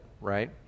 right